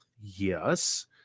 Yes